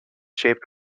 shaped